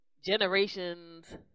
Generations